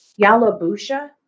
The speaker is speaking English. Yalabusha